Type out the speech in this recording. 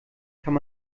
kann